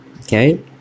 Okay